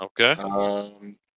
Okay